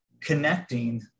connecting